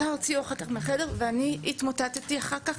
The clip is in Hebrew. הוציאו אותה אחר כך מהחדר, ואני התמוטטתי אחר כך.